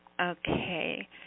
Okay